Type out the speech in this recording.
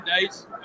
days